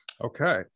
Okay